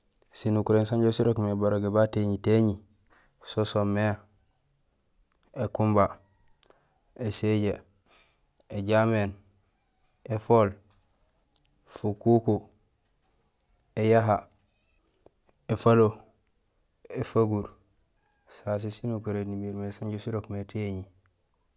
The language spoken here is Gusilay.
Sinukuréén sanja sirok mé barogé ba téñi téñi so soomé: ékumba, éséjee, éjaméén éfool fukuku éyahé éfalo éfaguur sasé sinukuréén nimiir mé sanja sirok mé téñi.